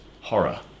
horror